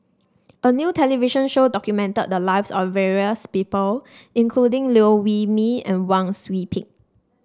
a new television show documented the lives of various people including Liew Wee Mee and Wang Sui Pick